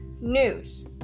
news